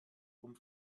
vom